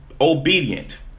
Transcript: obedient